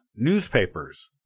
newspapers